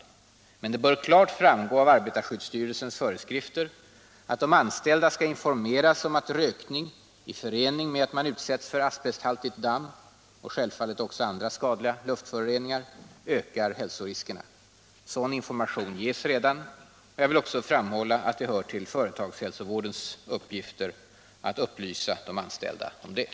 Det bör emellertid klart framgå av arbetarskyddsstyrelsens föreskrifter att de anställda skall informeras om att rökning i förening med att man utsätts för asbesthaltigt damm — och självfallet också andra skadliga luftföroreningar — ökar hälsoriskerna. Sådan information ges redan. Jag vill också framhålla att det hör till företagshälsovårdens uppgifter att upplysa de anställda härom.